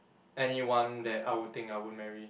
anyone that I would think I would marry